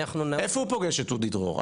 איפה הוא פוגש את אודי דרור?